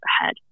ahead